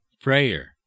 prayer